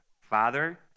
Father